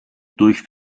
durch